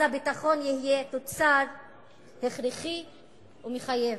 אז הביטחון יהיה תוצר הכרחי ומחייב.